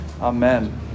Amen